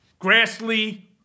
Grassley